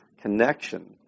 connection